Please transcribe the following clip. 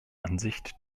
ansicht